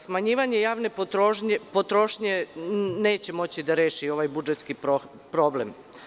Smanjivanje javne potrošnje neće moći da reši ovaj budžetski problem.